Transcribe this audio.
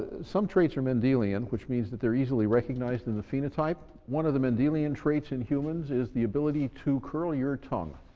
some traits are mendelian, which means that they're easily recognized in the phenotype. one of the mendelian traits in humans is the ability to curl your tongue.